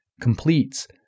completes